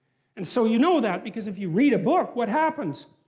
and so you know that because if you read a book, what happens?